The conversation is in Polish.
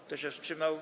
Kto się wstrzymał?